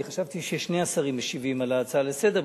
חשבתי ששני השרים משיבים על ההצעה לסדר-היום,